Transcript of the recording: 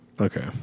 Okay